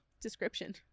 Description